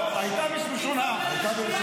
לא, הייתה ראשונה --- הייתה בראשונה?